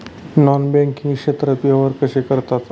Non banking क्षेत्रात व्यवहार कसे करतात?